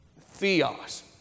Theos